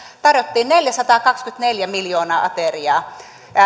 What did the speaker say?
tarjottiin neljäsataakaksikymmentäneljä miljoonaa ateriaa